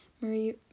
Marie